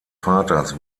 vaters